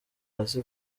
hasi